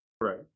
Right